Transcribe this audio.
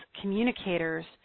communicators